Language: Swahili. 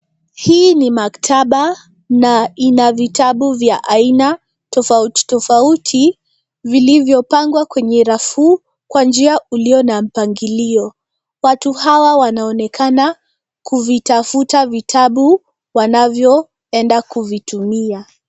Hii ni maktaba na ina vitabu vya aina tofautitofauti vilivyopangwa kwenye rafu kwa njia ulio na mpangilio. Watu hawa wanaoneana kuvitafuta vitabu wanavyoenda kuvitumia.